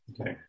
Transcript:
Okay